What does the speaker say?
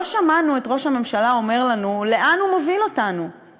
לא שמענו את ראש הממשלה אומר לנו לאן הוא מוביל אותנו,